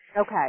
Okay